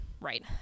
Right